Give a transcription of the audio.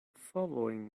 following